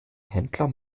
händler